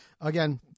again